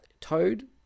Toad